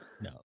No